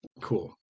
cool